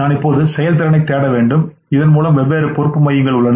நாம் இப்போது செயல்திறனைத் தேட வேண்டும் இதன் மூலம் வெவ்வேறு பொறுப்பு மையங்கள் உள்ளன